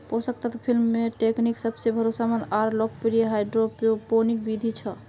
पोषक तत्व film technique सबसे भरोसामंद आर लोकप्रिय हाइड्रोपोनिक बिधि छ